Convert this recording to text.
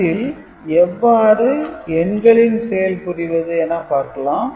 இதில் எவ்வாறு எண்களின் செயல் புரிவது என பார்க்கலாம்